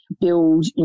build